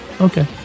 okay